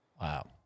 Wow